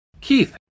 Keith